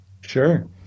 Sure